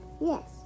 Yes